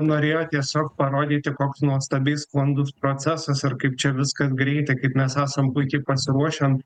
norėjo tiesiog parodyti koks nuostabiai sklandus procesas ir kaip čia viskas greitai kaip mes esam puikiai pasiruošę an